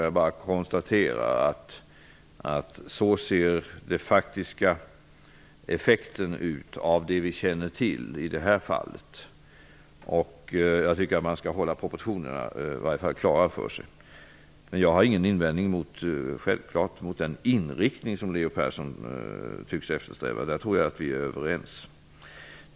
Jag bara konstaterar att den faktiska effekten ser ut så av det vi i det här fallet känner till. Man bör i varje fall hålla proportionerna klara för sig. Självfallet har jag ingen invändning mot den inriktning som Leo Persson tycks eftersträva. På den punkten tror jag att vi är överens.